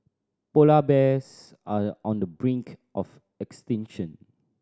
polar bears are on the brink of extinction